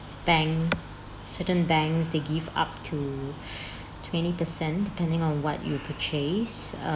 bank certain banks they give up to twenty per cent depending on what you purchase um